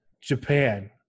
Japan